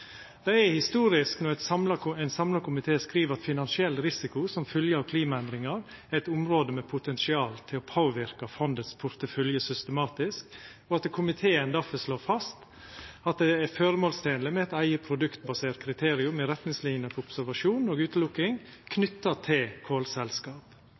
Det er historisk når ein samla komité skriv at «finansiell risiko som følge av klimaendringer er et område med potensial til å påvirke fondets portefølje systematisk», og at komiteen slår fast at det er føremålstenleg med «et eget produktbasert kriterium i retningslinjene for observasjon og